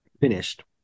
finished